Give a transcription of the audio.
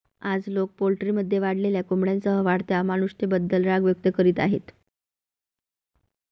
आज, लोक पोल्ट्रीमध्ये वाढलेल्या कोंबड्यांसह वाढत्या अमानुषतेबद्दल राग व्यक्त करीत आहेत